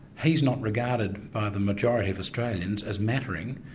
he's not regarded by the majority of australians as mattering,